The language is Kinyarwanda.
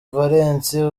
valens